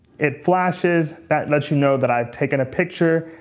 it flashes. that lets you know that i've taken a picture.